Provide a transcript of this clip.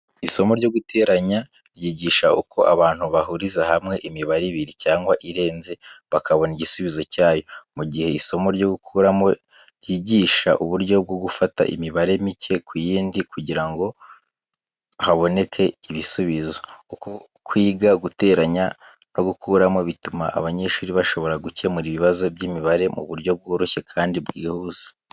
Isomo ryo guteranya ryigisha uko abantu bahuriza hamwe imibare ibiri cyangwa irenze, bakabona igisubizo cyayo. Mu gihe isomo ryo gukuramo rigisha uburyo bwo gufata imibare mike kuyindi kugira ngo haboneke ibisubizo. Uko kwiga guteranya no gukuramo bituma abanyeshuri bashobora gukemura ibibazo by'imibare mu buryo bworoshye kandi bwihuse.